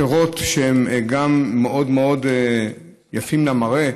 פירות שהם גם מאוד מאוד יפים למראה,